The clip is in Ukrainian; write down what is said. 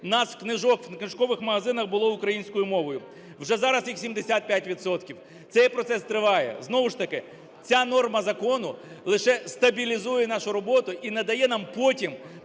в книжкових магазинах було українською мовою. Вже зараз їх 75 відсотків. Цей процес триває. Знову ж таки ця норма закону лише стабілізує нашу роботу і не дає нам потім